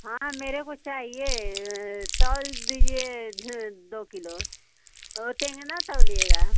हाँ मेरे को चाहिए तोल दीजिए दो किलो टेंगना तोलिएगा